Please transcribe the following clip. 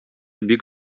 бик